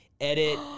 edit